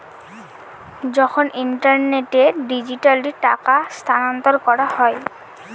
যখন ইন্টারনেটে ডিজিটালি টাকা স্থানান্তর করা হয়